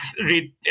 read